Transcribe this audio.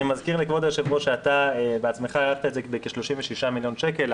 אני מזכיר לכבוד היושב-ראש שאתה בעצמך הערכת את זה בכ-36 מיליון שקלים.